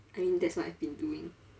I mean that's what I've been doing